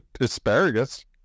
Asparagus